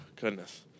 Goodness